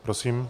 Prosím.